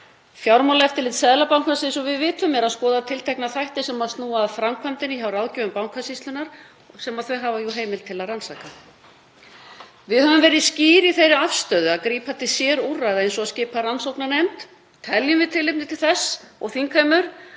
Fjármálaeftirlit Seðlabankans, eins og við vitum, er að skoða tiltekna þætti sem snúa að framkvæmdinni hjá ráðgjöfum Bankasýslunnar sem það hefur jú heimild til að rannsaka. Við höfum verið skýr í þeirri afstöðu að grípa til sérúrræða eins og að skipa rannsóknarnefnd teljum við tilefni til þess, og þingheimur,